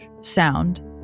sound